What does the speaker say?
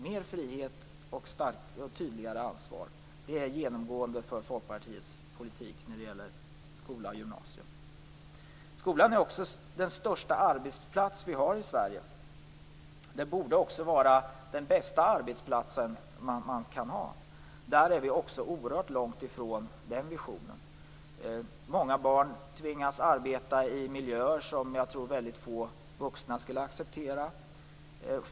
Mer frihet och tydligare ansvar är genomgående krav i Folkpartiets politik när det gäller skola och gymnasium. Skolan är den största arbetsplats som vi har i Sverige. Det borde också vara den bästa arbetsplats som man kan ha, men vi är oerhört långt ifrån den visionen. Många barn tvingas arbeta i miljöer som jag tror att väldigt få vuxna skulle acceptera.